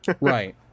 Right